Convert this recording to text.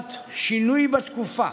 בבחינת שינוי בתקופה,